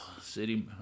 city